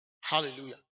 Hallelujah